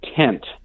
tent